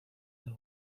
del